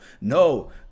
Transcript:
no